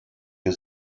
für